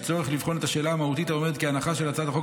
יש צורך לבחון את השאלה המהותית העומדת כהנחה של הצעת החוק